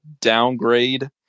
downgrade